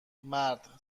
مرد